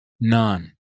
none